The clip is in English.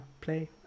play